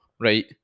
right